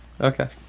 okay